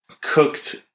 cooked